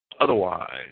otherwise